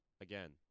again